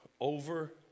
over